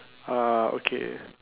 ah okay